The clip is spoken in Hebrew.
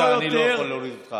בבקשה, אני לא יכול להוריד אותך.